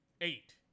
Eight